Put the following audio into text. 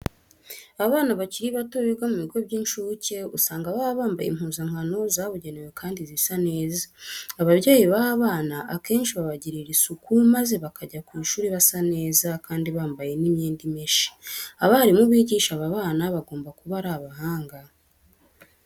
Abana bakiri bato biga mu bigo by'incuke usanga baba bambaye impuzankano zabugenewe kandi zisa neza. Ababyeyi baba bana akenshi babagirira isuku maze bakajya ku ishuri basa neza kandi bambaye n'imyenda imeshe. Abarimu bigisha aba bana bagomba kuba ari abahanga.